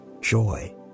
joy